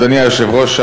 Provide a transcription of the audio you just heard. אדוני היושב-ראש,